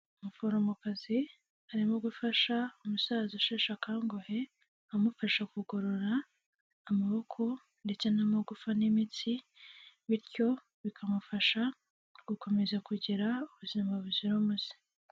Umuforomokazi arimo gufasha umusaza usheshe akanguhe amufasha kugorora amaboko ndetse n'amagufa n'imitsi, bityo bikamufasha gukomeza kugira ubuzima buzira umuze.